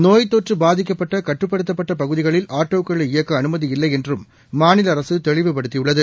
நோய்த்தொற்று பாதிக்கப்பட்ட கட்டுப்படுத்தப்பட்ட பகுதிகளில் ஆட்டோக்களை இயக்க அனுமதி இல்லை என்றும் மாநில அரசு தெளிவுபடுத்தியுள்ளது